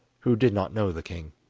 who did not know the king.